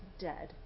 dead